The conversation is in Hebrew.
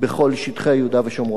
תודה רבה, אריה אלדד.